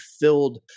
filled